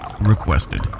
requested